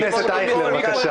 חבר הכנסת ישראל אייכלר בבקשה.